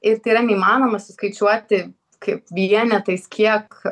ir tai yra neįmanoma suskaičiuoti kaip vienetais kiek